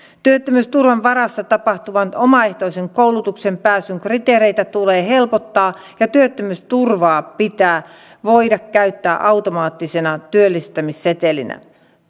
työttömyysturvan varassa tapahtuvaan omaehtoiseen koulutukseen pääsyn kriteereitä tulee helpottaa ja työttömyysturvaa pitää voida käyttää automaattisena työllistämissetelinä